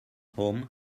home